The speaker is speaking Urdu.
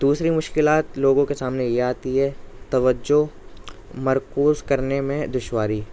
دوسری مشکلات لوگوں کے سامنے یہ آتی ہے توجہ مرکوز کرنے میں دشواری